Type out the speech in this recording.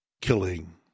killing